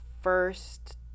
first